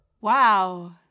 Wow